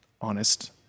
honest